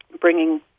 bringing